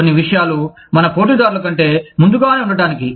కొన్ని విషయాలు మన పోటీదారుల కంటే ముందుగానే ఉండటానికి